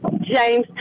James